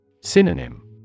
Synonym